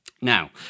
Now